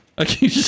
Okay